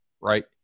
right